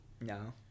no